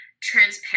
Transparent